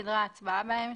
סדרי ההצבעה בהן,